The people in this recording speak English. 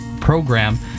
program